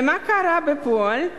ומה קרה בפועל?